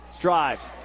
drives